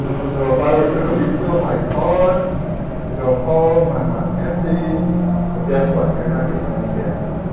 so if i was going to refill my car to go home i'm on empty well, guess what, you're not getting any gas.